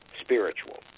spiritual